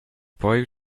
boy